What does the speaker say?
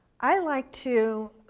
i like to,